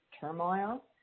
turmoil